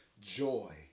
joy